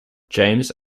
james